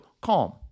CALM